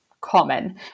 common